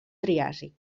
triàsic